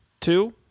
two